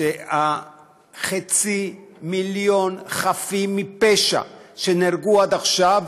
שחצי מיליון חפים מפשע שנהרגו עד עכשיו